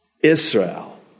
Israel